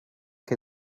can